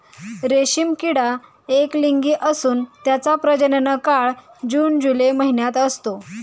रेशीम किडा एकलिंगी असून त्याचा प्रजनन काळ जून जुलै महिन्यात असतो